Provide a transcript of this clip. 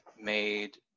made